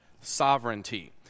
sovereignty